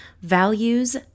values